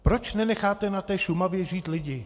Proč nenecháte na Šumavě žít lidi?